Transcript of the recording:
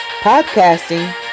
podcasting